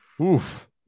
Oof